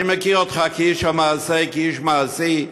אני מכיר אותך כאיש המעשה, כאיש מעשי.